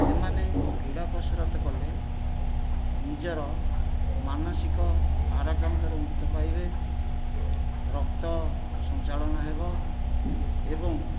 ସେମାନେ କ୍ରୀଡ଼ା କସରତ କଲେ ନିଜର ମାନସିକ ଭାରାକ୍ରାନ୍ତରୁ ମୁକ୍ତି ପାଇବେ ରକ୍ତ ସଞ୍ଚାଳନ ହେବ ଏବଂ